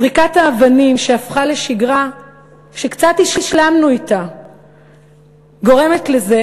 זריקת האבנים שהפכה לשגרה שקצת השלמנו אתה גורמת לזה